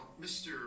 Mr